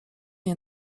nie